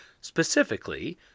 specifically